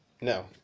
no